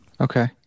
okay